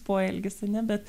poelgis ane bet